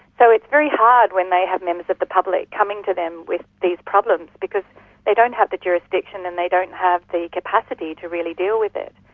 so it's very hard when they have members of the public coming to them with these problems because they don't have the jurisdiction and they don't have the capacity to really deal with it.